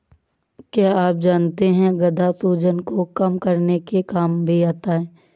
क्या आप जानते है गदा सूजन को कम करने के काम भी आता है?